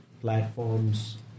platforms